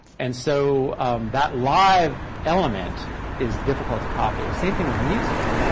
and so that live element is difficult to copy. same thing with music.